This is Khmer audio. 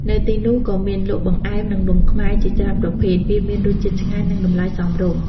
នៅទីនោះក៏មានលក់ បង្អែម និងនំខ្មែរ ជាច្រើនប្រភេទ វាមានរសជាតិឆ្ងាញ់ និង តម្លៃសមរម្យ។